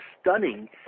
stunning